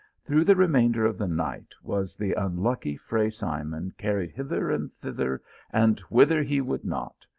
through the remainder of the night was the unlucky fray simon carried hither and thither and whither he would not,